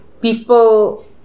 people